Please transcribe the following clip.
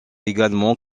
également